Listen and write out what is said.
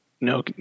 no